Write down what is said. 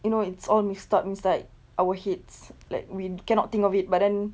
you know it's all mis~ stuck inside our heads like we cannot think of it but then